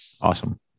Awesome